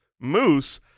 moose